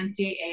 NCAA